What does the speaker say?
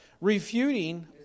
refuting